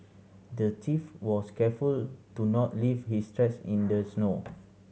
the thief was careful to not leave his tracks in the snow